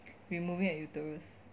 removing an uterus